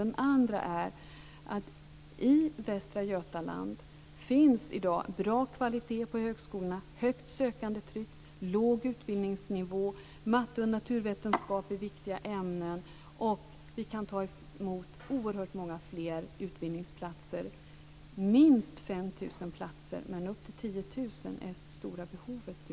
Den andra är att det i Västra Götaland finns en bra kvalitet på högskolorna, högt sökandetryck, låg utbildningsnivå. Matte och naturvetenskap är viktiga ämnen där, och vi kan ta emot oerhört många fler - platser, är det stora behovet just nu.